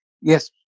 Yes